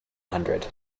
hundred